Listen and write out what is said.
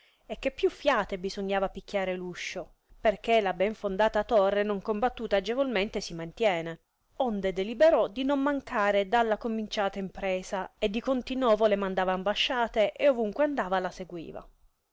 e che più fiate bisognava picchiare l uscio perchè la ben fondata torre non combattuta agevolmente si mantiene onde deliberò di non mancare dalla cominciata impresa e di continovo le mandava ambasciate e ovunque andava la seguiva